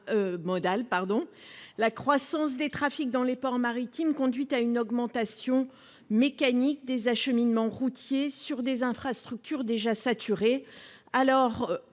La croissance des trafics dans les ports maritimes conduit à une augmentation mécanique des acheminements routiers sur des infrastructures déjà saturées,